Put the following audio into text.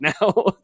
now